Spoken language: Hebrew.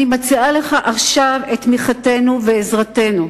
אני מציעה לך עכשיו את תמיכתנו ועזרתנו.